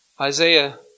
Isaiah